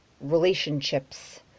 relationships